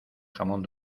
jamón